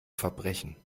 verbrechen